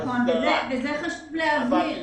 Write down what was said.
לא יכול להגיד